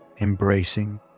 Embracing